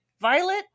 violet